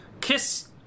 Kiss